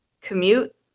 commute